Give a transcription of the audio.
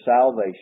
salvation